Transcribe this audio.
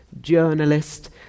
journalist